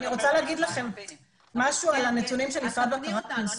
אני רוצה להגיד לכם משהו על הנתונים של משרד הפרסום.